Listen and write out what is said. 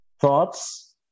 thoughts